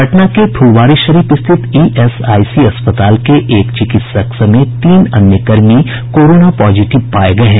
पटना के फुलवारीशरीफ स्थित ईएसआईसी अस्पताल के एक चिकित्सक समेत तीन अन्य कर्मी कोरोना पॉजिटिव पाये गये हैं